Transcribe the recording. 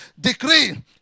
decree